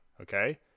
okay